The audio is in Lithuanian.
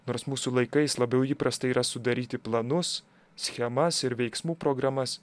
nors mūsų laikais labiau įprasta yra sudaryti planus schemas ir veiksmų programas